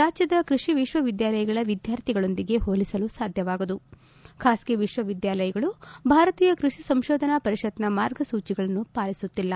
ರಾಜ್ಯದ ಕೃಷಿ ವಿಶ್ವವಿದ್ಯಾಲಯಗಳ ವಿದ್ಯಾರ್ಥಿಗಳೊಂದಿಗೆ ಹೋಲಿಸಲು ಸಾಧ್ಯವಾಗದು ಖಾಸಗಿ ವಿಶ್ವವಿದ್ಯಾಲಯಗಳು ಭಾರತೀಯ ಕೃಷಿ ಸಂಶೋಧನಾ ಪರಿಷತ್ನ ಮಾರ್ಗಸೂಚಿಗಳನ್ನು ಪಾಲಿಸುತ್ತಿಲ್ಲ